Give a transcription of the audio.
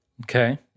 Okay